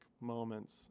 moments